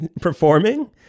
performing